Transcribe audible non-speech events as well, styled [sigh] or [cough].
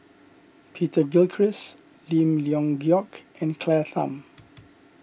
Peter Gilchrist Lim Leong Geok and Claire Tham [noise]